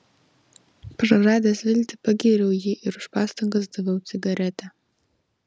praradęs viltį pagyriau jį ir už pastangas daviau cigaretę